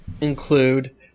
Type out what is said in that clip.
include